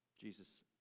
Jesus